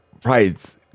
Price